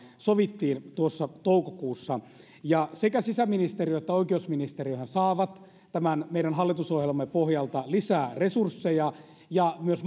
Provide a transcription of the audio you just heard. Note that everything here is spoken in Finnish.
sovittiin tuossa toukokuussa sekä sisäministeriö että oikeusministeriöhän saavat tämän meidän hallitusohjelmamme pohjalta lisää resursseja ja myös